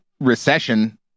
recession